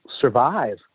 survive